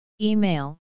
Email